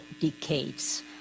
decades